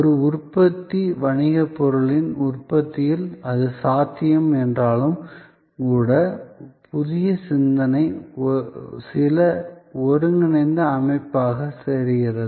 ஒரு உற்பத்தி வணிகப் பொருட்களின் உற்பத்தியில் அது சாத்தியம் என்றாலும் கூட புதிய சிந்தனை சில ஒருங்கிணைந்த அமைப்பாகத் தெரிகிறது